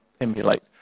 emulate